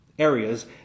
areas